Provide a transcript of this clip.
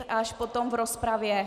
Až potom v rozpravě.